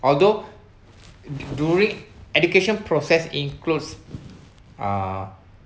although during education process includes uh